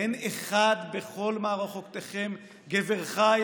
האין אחד בכל מערכותיכם / גבר חיל,